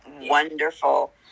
wonderful